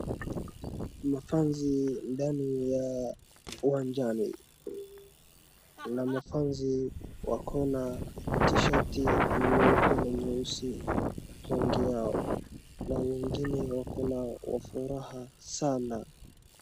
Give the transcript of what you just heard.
Mafansi ndani ya uwanjani. Na mafansi wakona tishirti nyeupe na nyeusi rangi yao. Na wengine wakona furaha sana.